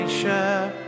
share